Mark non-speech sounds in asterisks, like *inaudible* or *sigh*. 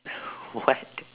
*laughs* what